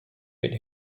with